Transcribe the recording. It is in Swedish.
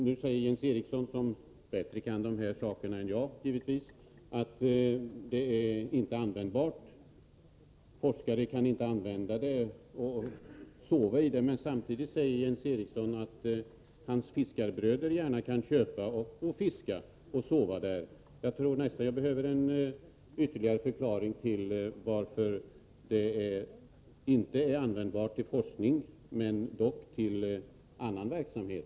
Nu säger Jens Eriksson, som givetvis bättre kan de här sakerna än jag, att fartyget inte är användbart, för forskare kan inte sova i det. Men samtidigt säger han att hans fiskarbröder gärna köper det och kan fiska med det och sova i det. Jag tror att jag behöver en ytterligare förklaring till att fartyget inte är användbart för forskning men dock för annan verksamhet.